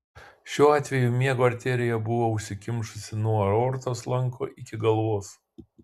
šiuo atveju miego arterija buvo užsikimšusi nuo aortos lanko iki galvos